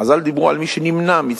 חז"ל דיברו על מי שנמנע מצדקה: